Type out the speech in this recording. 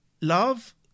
love